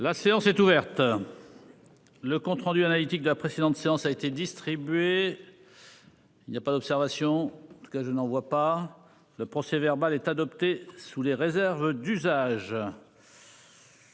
La séance est ouverte. Le compte rendu analytique de la précédente séance a été distribué. Il n'y a pas d'observation que je n'en vois pas. Le procès verbal est adopté sous les réserves d'usage.